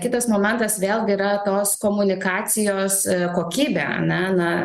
kitas momentas vėlgi yra tos komunikacijos kokybė ane na